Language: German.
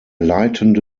leitende